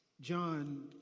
John